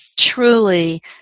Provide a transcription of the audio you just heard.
truly